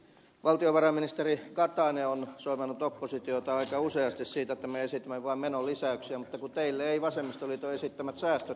valtiovarainministeri katainen on soimannut oppositiota aika useasti siitä että me esitämme vain menolisäyksiä mutta kun teille eivät vasemmistoliiton esittämät säästöt kelpaa